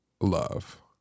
love